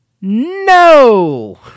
no